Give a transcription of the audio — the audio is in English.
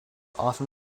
often